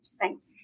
Thanks